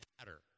matter